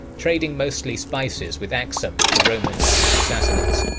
trading mostly spices with axum, the romans, and the sassanids.